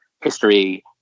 history